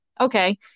okay